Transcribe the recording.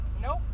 nope